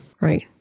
Right